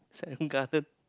Serangoon-Garden